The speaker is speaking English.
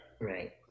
Right